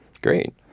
Great